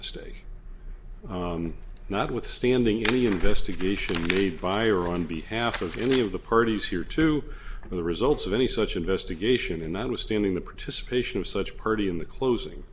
mistake notwithstanding any investigation made by or on behalf of any of the parties here to the results of any such investigation and i was standing the participation of such party in the closing